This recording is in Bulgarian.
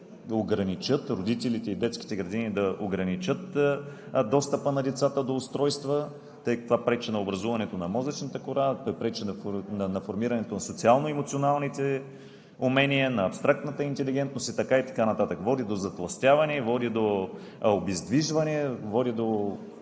да призовем родителите и детските градини да ограничат достъпа на децата до устройства, тъй като това пречи на образуването на мозъчната кора, пречи на формирането на социално-емоционалните умения, на абстрактната интелигентност и така и така нататък. Води до затлъстяване, води до обездвижване, води до